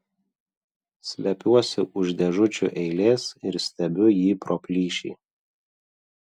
slepiuosi už dėžučių eilės ir stebiu jį pro plyšį